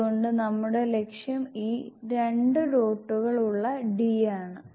അതുകൊണ്ട് നമ്മുടെ ലക്ഷ്യം ഈ 2 ഡോട്ടുകൾ ഉള്ള d ആണ്